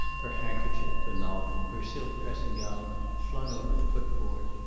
her handkerchief, a novel, her silk dressing-gown flung over the footboard,